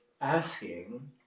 asking